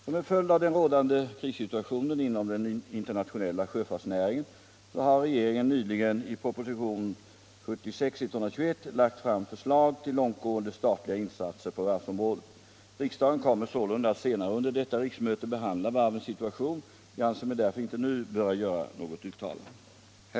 Som en följd av den rådande krissituationen inom den internationella sjöfartsnäringen har regeringen nyligen i propositionen 1975/76:121 lagt fram förslag till långtgående statliga insatser på varvsområdet. Riksdagen kommer sålunda att senare under detta riksmöte behandla varvens situation. Jag anser mig därför inte nu böra göra något uttalande.